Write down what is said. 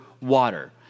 water